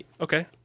Okay